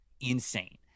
insane